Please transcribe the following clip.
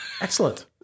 Excellent